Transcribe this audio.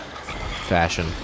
fashion